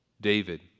David